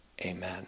Amen